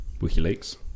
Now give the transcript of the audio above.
WikiLeaks